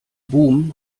boom